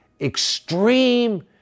extreme